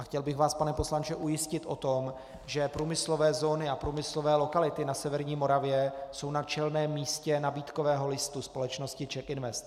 Chtěl bych vás, pane poslanče, ujistit o tom, že průmyslové zóny a průmyslové lokality na severní Moravě jsou na čelném místě nabídkového listu společnosti CzechInvest.